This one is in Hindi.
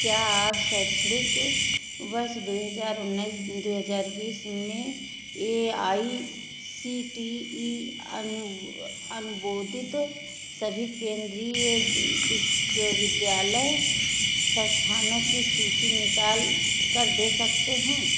क्या आप शैक्षणिक वर्ष दो हजार उन्नीस दो हजार बीस में A I C T E अनुमोदित सभी केंद्रीय विश्वविद्यालय सस्थानों की सूची निकाल कर दे सकते हैं